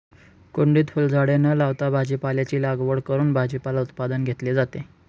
कुंडीत फुलझाडे न लावता भाजीपाल्याची लागवड करून भाजीपाला उत्पादन घेतले जाते